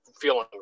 feeling